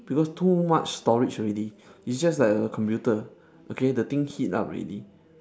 because too much storage already it's just like a computer okay the thing heat up ready